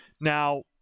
now